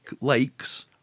Lakes